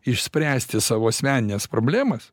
išspręsti savo asmenines problemas